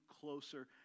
closer